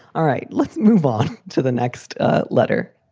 all right. let's move on to the next letter.